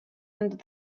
under